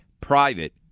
private